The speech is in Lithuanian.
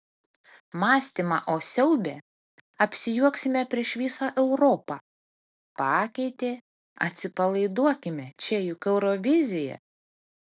mąstymą o siaube apsijuoksime prieš visą europą pakeitė atsipalaiduokime čia juk eurovizija